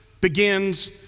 begins